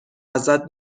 ازت